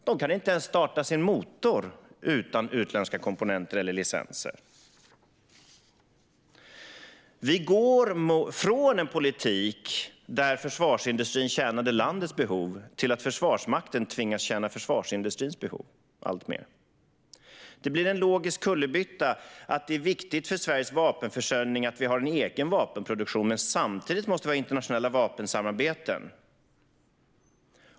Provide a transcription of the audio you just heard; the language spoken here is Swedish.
De kan inte ens starta motorn utan utländska komponenter eller licenser. Vi går från en politik där försvarsindustrin tjänade landets behov till att Försvarsmakten alltmer tvingas tjäna försvarsindustrins behov. Det blir en logisk kullerbytta när man säger att det är viktigt för Sveriges vapenförsörjning att vi har en egen vapenproduktion. Samtidigt måste vi ha internationella vapensamarbeten.